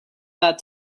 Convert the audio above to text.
that